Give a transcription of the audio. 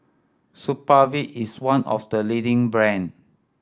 supravit is one of the leading brand